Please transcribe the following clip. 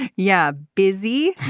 yeah. busy.